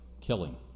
killing